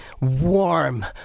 warm